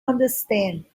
understand